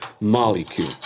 molecule